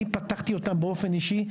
אני פתחתי אותם באופן אישי.